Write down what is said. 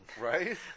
Right